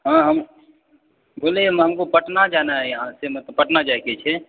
हाँ हम हमको पटना जाना है यहाँ से पटना जाइके छै